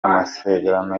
amasezerano